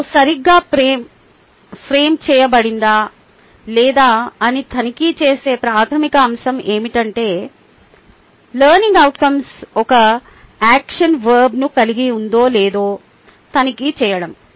LO సరిగ్గా frame చేయబడిందా లేదా అని తనిఖీ చేసే ప్రాథమిక అంశం ఏమిటంటే LO ఒక యాక్షన్ వర్బ్ను కలిగి ఉందో లేదో తనిఖీ చేయడం